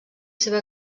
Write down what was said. seva